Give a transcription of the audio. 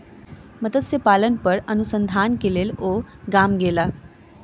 मत्स्य पालन पर अनुसंधान के लेल ओ गाम गेला